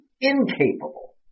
incapable